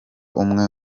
umwe